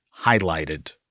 highlighted